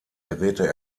geräte